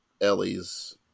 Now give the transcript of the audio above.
Ellie's